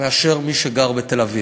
מאשר מי שגר בתל-אביב.